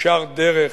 ישר דרך,